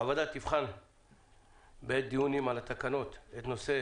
הוועדה תבחן בעת הדיונים על התקנות את נושא